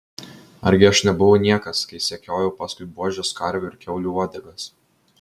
argi aš nebuvau niekas kai sekiojau paskui buožės karvių ir kiaulių uodegas